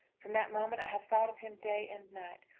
from that moment i have thought of him day and night.